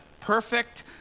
perfect